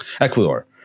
Ecuador